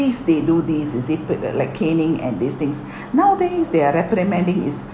they do this you see put the like caning and these things nowadays their reprimanding is